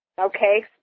okay